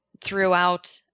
throughout